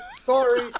Sorry